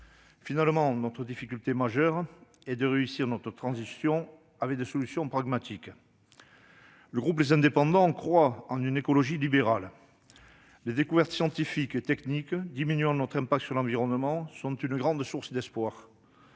Finalement, notre difficulté majeure est de réussir notre transition en mettant en oeuvre des solutions pragmatiques. Le groupe Les Indépendants-République et Territoires croit en une écologie libérale. Les découvertes scientifiques et techniques diminuant notre impact sur l'environnement sont une grande source d'espoir.